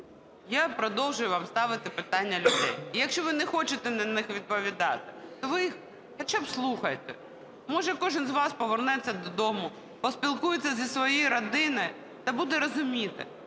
я продовжую вам ставити питання людей, і якщо ви не хочете на них відповідати, ви їх хоча б слухайте. Може, кожен з вас повернеться додому, поспілкується зі своєю родиною та буде розуміти,